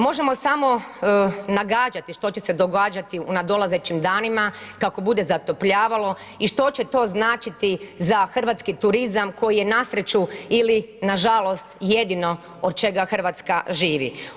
Možemo samo nagađati što će se događati u nadolazećim danima kako bude zatopljavalo i što će to značiti za hrvatski turizam, koji je na sreću ili nažalost, jedino od čega Hrvatska živi.